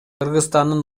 кыргызстандын